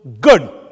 good